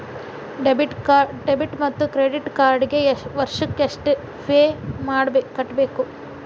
Debit ಮತ್ತು credit ಕಾರ್ಡ್ಗೆ ವರ್ಷಕ್ಕ ಎಷ್ಟ ಫೇ ಕಟ್ಟಬೇಕ್ರಿ?